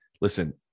listen